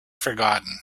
forgotten